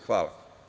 Hvala.